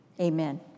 Amen